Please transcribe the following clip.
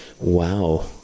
wow